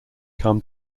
come